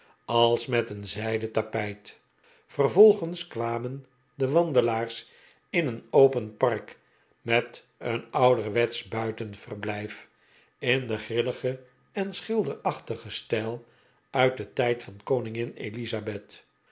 als met een zijden tapijt vervolgens kwamen de wandelaars in een open park met een ouderwetsch buitenverblijf in den grilligen eh schilderachtigen stijl uit den tijd van koningin elisabeth